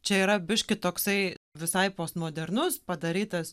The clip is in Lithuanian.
čia yra biškį toksai visai postmodernus padarytas